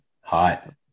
Hot